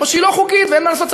או שהיא לא חוקית ואין מה לעשות,